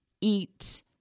eat